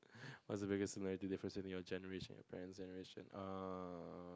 what's the biggest similarity difference between your generation and your parents' generation uh